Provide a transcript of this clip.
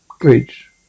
Bridge